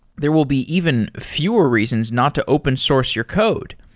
there will be even fewer reasons not to open source your code.